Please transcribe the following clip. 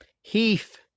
Heath